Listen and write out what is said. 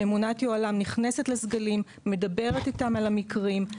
ממונת יוהל"ם נכנסת לסגלים, מדברת איתם על המקרים.